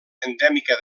endèmica